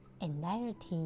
anxiety